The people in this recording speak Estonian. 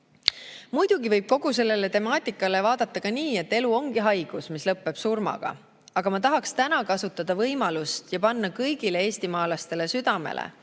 Muidugi võib kogu sellele temaatikale vaadata ka nii, et elu ongi haigus, mis lõpeb surmaga. Aga ma tahaksin täna kasutada võimalust ja panna kõigile eestimaalastele südamele: